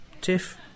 Tiff